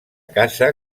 casa